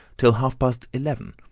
till half-past eleven,